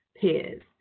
peers